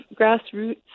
grassroots